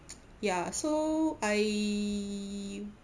ya so I